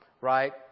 right